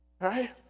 Right